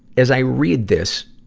as i read this,